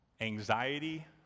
anxiety